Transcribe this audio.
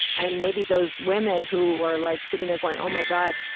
and maybe those women who were like sitting there, going, oh, my god,